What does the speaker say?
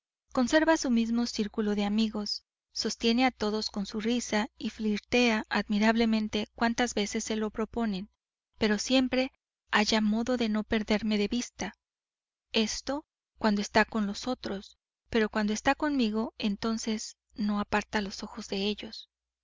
conserva su mismo círculo de amigos sostiene a todos con su risa y flirtea admirablemente cuantas veces se lo proponen pero siempre halla modo de no perderme de vista esto cuando está con los otros pero cuando está conmigo entonces no aparta los ojos de ellos